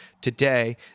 today